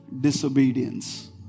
disobedience